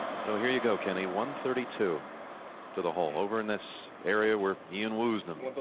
so here you go. can a one-thirty-two to the hole over in this area were you you and lose them.